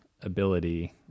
ability